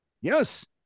Yes